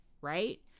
right